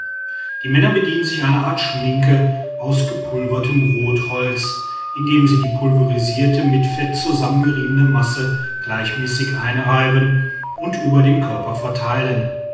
die männer bedienen sich einer art schminke aus gepulvertem rotholz indem sie die pulverisierte mit fett zusammengeriebene masse gleichmäßig einreiben und über den körper verteilen